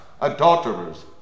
adulterers